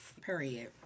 Period